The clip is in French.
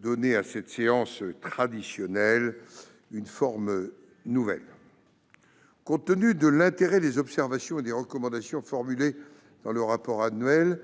donner à cette séance traditionnelle une forme nouvelle. Compte tenu de l'intérêt des observations et recommandations formulées dans le rapport public